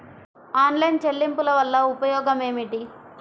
Online చెల్లింపుల వల్ల ఉపయోగమేమిటీ?